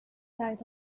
diet